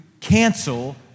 cancel